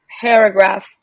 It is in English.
paragraph